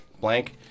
blank